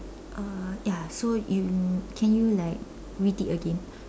uh ya so you can you like repeat again